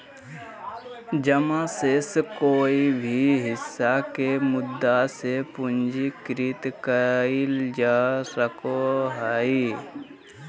जमा शेष के कोय भी हिस्सा के मुद्दा से पूंजीकृत कइल जा सको हइ